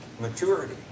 maturity